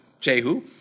Jehu